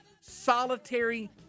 solitary